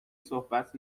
صحبت